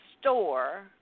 store